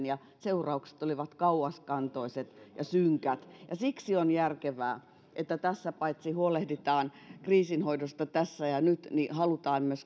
ja seuraukset olivat kauaskantoiset ja synkät siksi on järkevää että tässä paitsi huolehditaan kriisinhoidosta tässä ja nyt myös halutaan